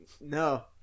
No